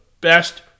best